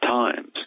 times